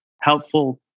helpful